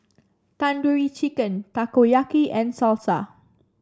Tandoori Chicken Takoyaki and Salsa